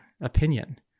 opinion